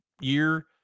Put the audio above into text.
year